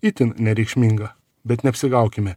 itin nereikšminga bet neapsigaukime